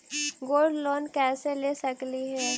Gold loan कैसे ले सकली हे?